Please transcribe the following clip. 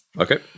Okay